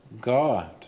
God